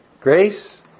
grace